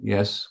Yes